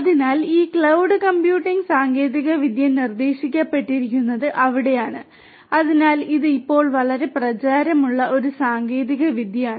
അതിനാൽ ഈ cloud computing സാങ്കേതികവിദ്യ നിർദ്ദേശിക്കപ്പെട്ടിരിക്കുന്നത് അവിടെയാണ് അതിനാൽ ഇത് ഇപ്പോൾ വളരെ പ്രചാരമുള്ള ഒരു സാങ്കേതികവിദ്യയാണ്